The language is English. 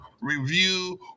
review